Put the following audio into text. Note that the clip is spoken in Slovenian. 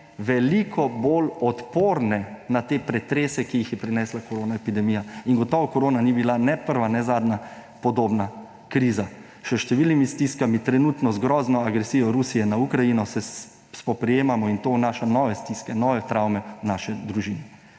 veliko bolj odporne na te pretrese, ki jih je prinesla koronaepidemija; in gotovo korona ni bila ne prva ne zadnja podobna kriza. Še s številnimi stiskami, trenutno z grozno agresijo Rusije na Ukrajino, se spoprijemamo in to vnaša nove stiske, nove travme v naše družine.